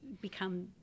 become